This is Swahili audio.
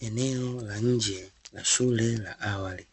Eneo la nje na shule la awali